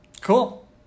Cool